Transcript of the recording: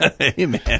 Amen